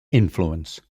influence